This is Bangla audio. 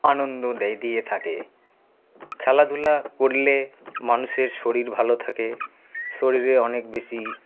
আনন্দ দিয়ে থাকে খেলাধুলা করলে মানুষের শরীর ভালো থাকে শরীরে অনেক বেশি